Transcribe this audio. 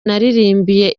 naririmbiye